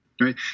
Right